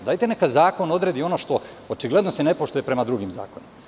Dajte neka zakon odredi ono što se očigledno ne poštuje prema drugim zakonima.